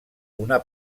una